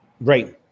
right